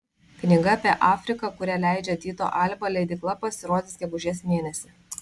knyga apie afriką kurią leidžia tyto alba leidykla pasirodys gegužės mėnesį